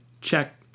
check